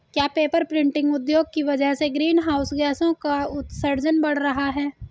क्या paper printing उद्योग की वजह से ग्रीन हाउस गैसों का उत्सर्जन बढ़ रहा है?